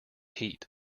heat